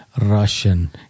Russian